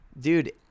Dude